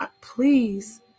please